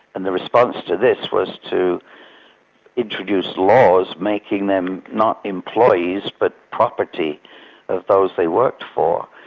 and the response to this was to introduce laws making them not employees but property of those they worked for.